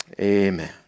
Amen